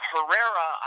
Herrera